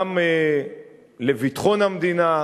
גם לביטחון המדינה,